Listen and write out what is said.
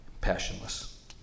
passionless